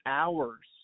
hours